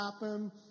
happen